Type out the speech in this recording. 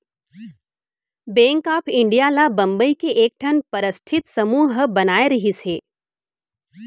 bank of India ल बंबई के एकठन परस्ठित समूह ह बनाए रिहिस हे